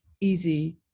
easy